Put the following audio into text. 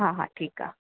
हा हा ठीकु आहे